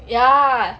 ya